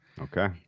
okay